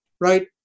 Right